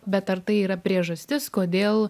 bet ar tai yra priežastis kodėl